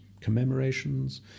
commemorations